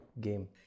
game